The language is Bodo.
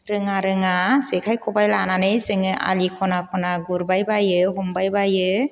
रोङा रोङा जेखाइ खबाइ लानानै जोङो आलि खना खना गुरबायबायो हमबायबायो